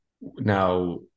Now